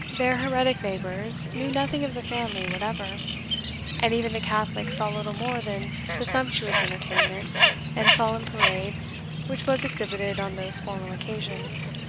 their heretic neighbours knew nothing of the family whatever and even the catholics saw little more than the sumptuous entertainment and solemn parade which was exhibited on those formal occasions,